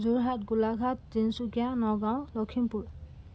Jorhat Golaghat Tinsukia Nagaon Lakhimpur